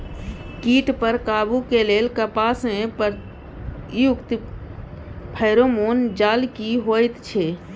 कीट पर काबू के लेल कपास में प्रयुक्त फेरोमोन जाल की होयत छै?